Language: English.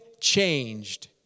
changed